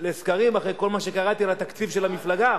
לסקרים אחרי כל מה שקראתי על התקציב של המפלגה.